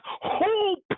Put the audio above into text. hope